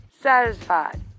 satisfied